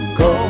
go